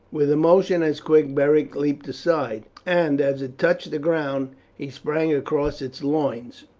with a motion as quick beric leaped aside, and as it touched the ground he sprang across its loins,